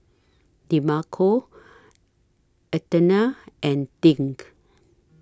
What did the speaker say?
Demarco Athena and Dink